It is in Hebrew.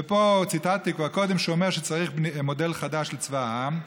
ופה ציטטתי כבר קודם שהוא אומר שצריך מודל חדש לצבא העם.